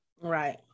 Right